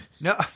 No